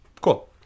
Cool